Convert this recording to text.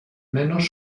menos